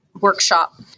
workshop